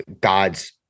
God's